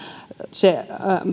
se